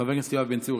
חבר הכנסת יואב בן צור,